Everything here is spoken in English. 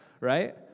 right